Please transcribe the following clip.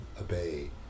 obey